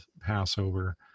Passover